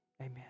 Amen